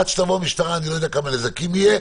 עד שתבוא משטרה אני לא יודע כמה נזקים יהיו.